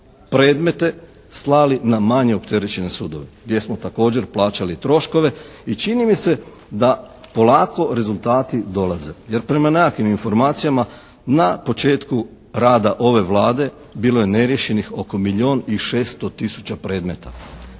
predmete slali na manje opterećene sudove, gdje smo također plaćali troškove. I čini mi se da polako rezultati dolaze, jer prema nekakvim informacijama na početku rada ove Vlade bilo je neriješenih oko milijun i 600 tisuća predmeta.